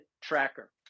Tracker